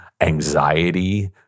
anxiety